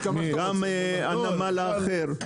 גם הנמל האחר.